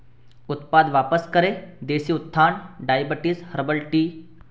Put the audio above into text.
उत्पाद वापस करें देसी उत्थान डाईबटी हर्बल टी